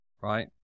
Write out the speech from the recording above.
right